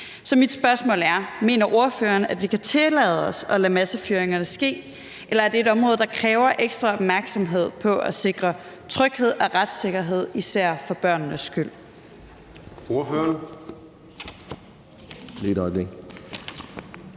Så mit spørgsmål er: Mener ordføreren, at vi kan tillade os at lade massefyringerne ske, eller er det et område, der kræver ekstra opmærksomhed på at sikre tryghed og retssikkerhed især for børnenes skyld?